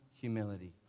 humility